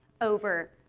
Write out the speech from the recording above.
over